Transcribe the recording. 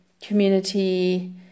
community